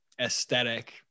aesthetic